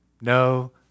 no